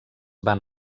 van